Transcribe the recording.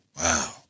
Wow